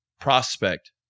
prospect